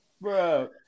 bro